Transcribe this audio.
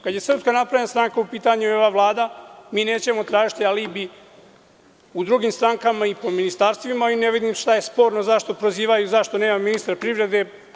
Kada je SNS u pitanju i ova Vlada mi nećemo tražiti alibi u drugim strankama i po ministarstvima i ne vidim šta je sporno, zašto prozivaju i zašto nema ministra privrede.